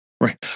right